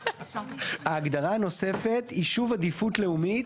הגדרה נוספת "ישוב עדיפות לאומית",